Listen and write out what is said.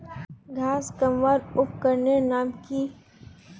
घांस कमवार उपकरनेर नाम की?